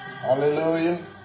hallelujah